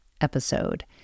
episode